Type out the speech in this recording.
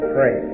Pray